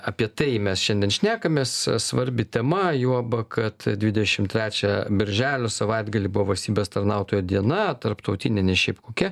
apie tai mes šiandien šnekamės svarbi tema juoba kad dvidešimt trečią birželio savaitgalį buvo valstybės tarnautojo diena tarptautinė ne šiaip kokia